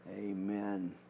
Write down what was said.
Amen